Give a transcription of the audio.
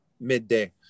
midday